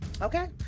Okay